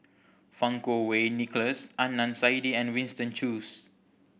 Fang Kuo Wei Nicholas Adnan Saidi and Winston Choos